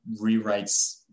rewrites